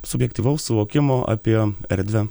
subjektyvaus suvokimo apie erdvę